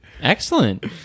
Excellent